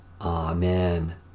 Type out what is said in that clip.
Amen